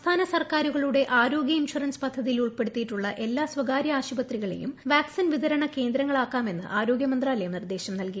സംസ്ഥാന സർക്കാരുകളുടെ ആരോഗ്യ ഇൻഷറൻസ് പദ്ധതിയിൽ ഉൾപ്പെടുത്തിയിട്ടുള്ള എല്ലാ സ്വകാര്യ ആശുപത്രികളെയും വാക്സിൻ വിതരണ കേന്ദ്രങ്ങളാക്കാമെന്ന് ആരോഗ്യ മന്ത്രാലയം നിർദ്ദേശം നൽകി